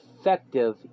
Effective